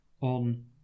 on